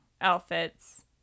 outfits